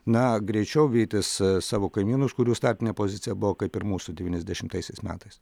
na greičiau vytis savo kaimynus kurių startinė pozicija buvo kaip ir mūsų devyniasdešimtaisiais metais